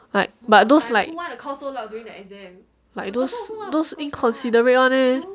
like but those like like those those inconsiderate [one] eh